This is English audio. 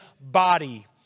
body